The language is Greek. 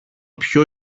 πιο